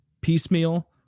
piecemeal